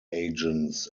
agents